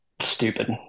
stupid